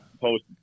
post